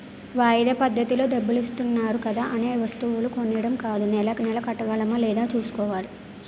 వాయిదా పద్దతిలో డబ్బులిత్తన్నారు కదా అనే వస్తువులు కొనీడం కాదూ నెలా నెలా కట్టగలమా లేదా సూసుకోవాలి